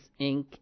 Inc